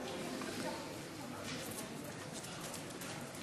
אז אני יכול להקריא את כל התשובה.